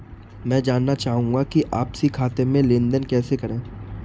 मैं जानना चाहूँगा कि आपसी खाते में लेनदेन कैसे करें?